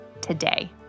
today